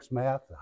math